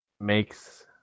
makes